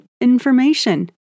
information